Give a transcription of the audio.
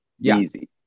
easy